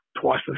twice